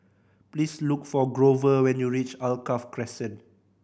please look for Grover when you reach Alkaff Crescent